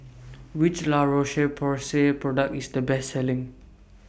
Which La Roche Porsay Product IS The Best Selling